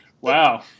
Wow